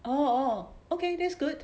orh orh okay that's good